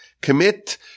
commit